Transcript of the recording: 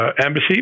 Embassy